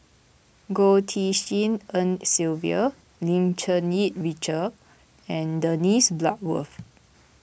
Goh Tshin En Sylvia Lim Cherng Yih Richard and Dennis Bloodworth